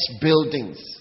buildings